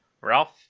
Ralph